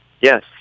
Yes